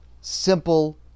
simple